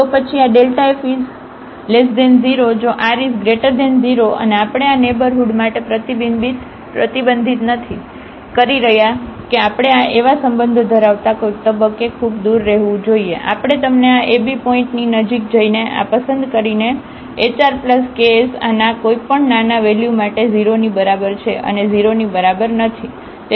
તો પછી આ f 0 જો r 0 અને આપણે આ નેઇબરહુડ માટે પ્રતિબંધિત નથી કરી રહ્યા છીએ કે આપણે આ એવા સંબંધો ધરાવતાં કોઈક તબક્કે ખૂબ દૂર રહેવું જોઈએ આપણે તમને આ ab પોઇન્ટની નજીક જઈને આ પસંદ કરીને hr ks આ ના કોઈપણ નાના વેલ્યુ માટે 0 ની બરાબર છે અને 0 ની બરાબર નથી